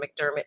McDermott